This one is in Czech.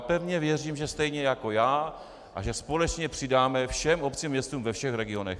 Pevně věřím, že stejně jako já a že společně přidáme všem obcím a městům ve všech regionech.